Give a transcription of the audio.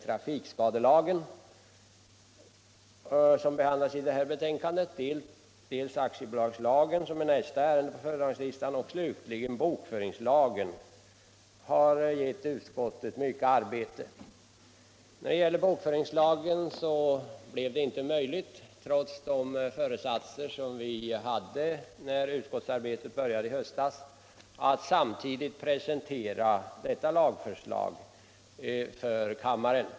Trafikskadelagen, som behandlas i detta betänkande, och aktiebolagslagen, som är nästa ärende på föredragningslistan, samt slutligen bokföringslagen har gett utskottet mycket arbete. I fråga om bokföringslagen blev det inte möjligt, trots de föresatser som vi hade när utskottsarbetet började i höstas, att samtidigt med aktiebolagslagen presentera detta lagförslag för kammaren.